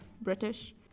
British